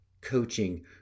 coaching